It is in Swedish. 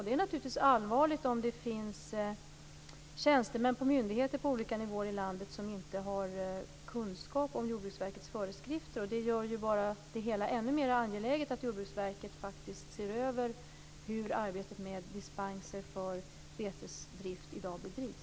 Det är naturligtvis allvarligt om det finns tjänstemän på olika nivåer på myndigheter i landet som inte har kunskap om Jordbruksverkets föreskrifter. Det gör det i så fall ännu mer angeläget att Jordbruksverket ser över hur arbetet med dispenser för betesdrift i dag bedrivs.